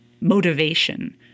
motivation